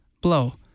blow